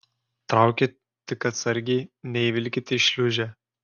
traukit tik atsargiai neįvilkit į šliūžę